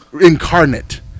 incarnate